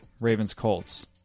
Ravens-Colts